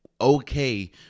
okay